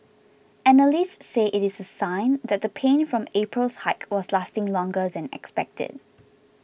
analysts say it is a sign that the pain from April's hike was lasting longer than expected